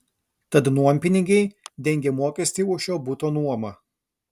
tad nuompinigiai dengia mokestį už šio buto nuomą